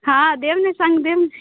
हँ देब ने सङ्ग देब ने